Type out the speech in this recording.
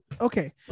Okay